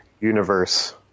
universe